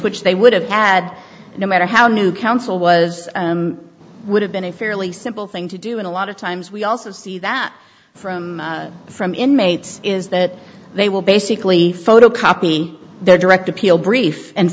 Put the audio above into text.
which they would have had no matter how new counsel was would have been a fairly simple thing to do and a lot of times we also see that from from inmates is that they will basically photocopy their direct appeal brief and